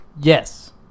Yes